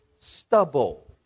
stubble